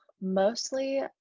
mostly